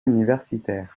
universitaire